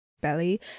belly